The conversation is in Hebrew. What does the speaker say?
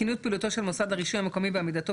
עבודתה של הוועדה המקומית.